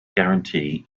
guarantee